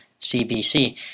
CBC